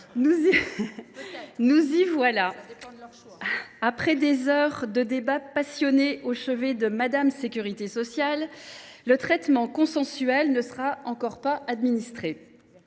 nous y voilà ! Après des heures de débats passionnés passés au chevet de Mme Sécurité sociale, le traitement consensuel ne sera encore pas administré.